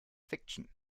fiction